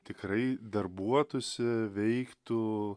tikrai darbuotųsi veiktų